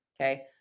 Okay